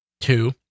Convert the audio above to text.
Two